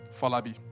Falabi